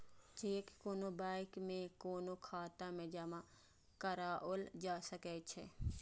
cheque कोनो bank में कोनो खाता मे जमा कराओल जा सकै छै